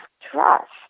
trust